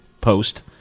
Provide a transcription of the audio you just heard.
post